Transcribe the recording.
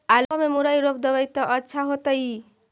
आलुआ में मुरई रोप देबई त अच्छा होतई?